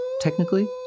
technically